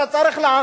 אתה צריך להכריע.